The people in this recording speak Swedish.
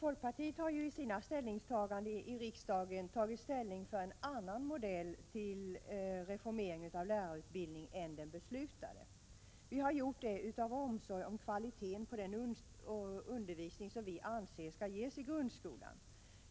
Herr talman! Folkpartiet har i riksdagen tagit ställning för en annan modell för reformering av lärarutbildningen än den beslutade. Vi har gjort det av omsorg om kvaliteten på den undervisning vi anser skall ges i grundskolan.